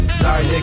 sorry